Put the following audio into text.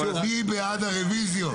מי בעד הרביזיות?